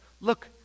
look